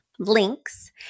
links